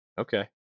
Okay